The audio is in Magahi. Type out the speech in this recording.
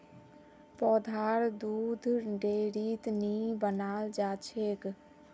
पौधार दुध डेयरीत नी बनाल जाछेक